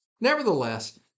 Nevertheless